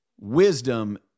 wisdom